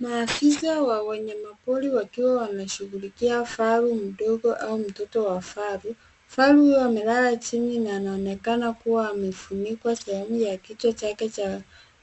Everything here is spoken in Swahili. Maafisa wa wanyamapori wakiwa wameshughulikia faru mdogo au mtoto wa faru. Faru huyo amelala chini na anaonekana kuwa amefunikwa sehemu ya kichwa chake